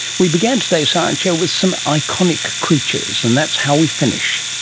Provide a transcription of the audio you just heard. we began today's science show with some iconic creatures, and that's how we finish.